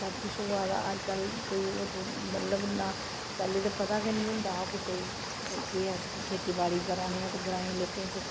सब किश होआ दा अज्जकल ओह् थोह्ड़ी मतलब नां पैह्ले ते पता गै नेईं होंदा हा कुसै गी केह् अस खेती बाड़ी कराने आं ते ग्राएं लोकें च